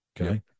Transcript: okay